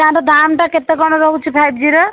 ତା ର ଦାମ୍ ଟା କେତେ କଣ ରହୁଛି ଫାଇଭ୍ ଜି ର